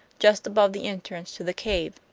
just above the entrance to the cave.